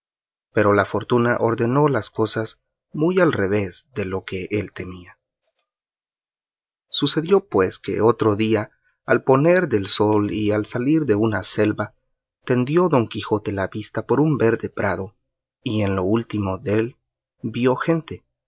pero la fortuna ordenó las cosas muy al revés de lo que él temía sucedió pues que otro día al poner del sol y al salir de una selva tendió don quijote la vista por un verde prado y en lo último dél vio gente